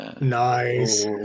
nice